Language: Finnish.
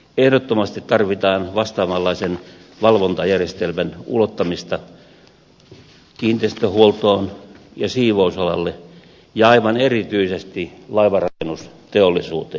ehdottomasti tarvitaan vastaavanlaisen valvontajärjestelmän ulottamista kiinteistöhuoltoon ja siivousalalle ja aivan erityisesti laivanrakennusteollisuuteen